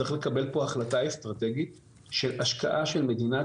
צריך לקבל פה על ידי החלטה אסטרטגית של השקעה של מדינת